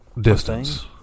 distance